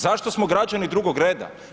Zašto smo građani drugog reda?